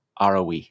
ROE